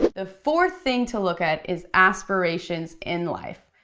the fourth thing to look at is aspirations in life.